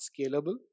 scalable